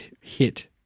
hit